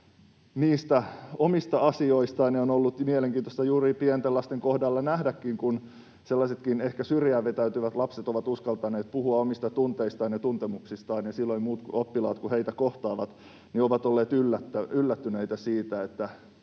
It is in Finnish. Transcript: niistä omista asioistaan. On ollut mielenkiintoista juuri pienten lasten kohdalla nähdä, että kun sellaiset ehkä syrjäänvetäytyvätkin lapset ovat uskaltaneet puhua omista tunteistaan ja tuntemuksistaan, niin muut oppilaat, silloin kun heitä kohtaavat, ovat olleet yllättyneitä siitä,